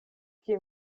kie